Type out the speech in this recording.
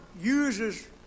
uses